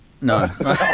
No